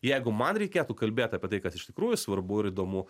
jeigu man reikėtų kalbėt apie tai kas iš tikrųjų svarbu ir įdomu